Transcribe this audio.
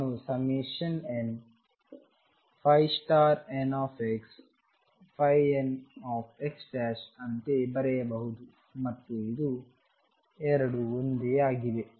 ನಾನು nnxnx ಅಂತೆ ಬರೆಯಬಹುದು ಮತ್ತು ಇದು ಎರಡು ಒಂದೇ ಆಗಿದೆ